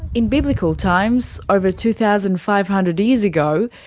in biblical times, over two thousand five hundred years ago,